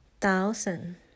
Thousand